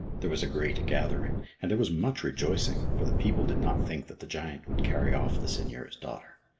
there was a great gathering, and there was much rejoicing, for the people did not think that the giant would carry off the seigneur's daughter.